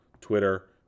Twitter